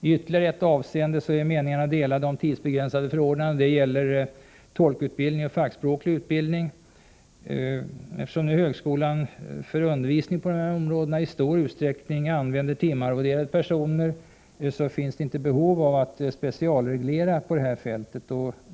I ytterligare ett avseende är meningarna delade om tidsbegränsade förordnanden. Det gäller tolkutbildning och fackspråklig utbildning. Eftersom högskolan för undervisning på dessa områden i stor utsträckning använder timarvoderade personer, finns det inte behov av att specialreglera på detta fält.